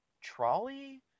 trolley